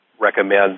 recommend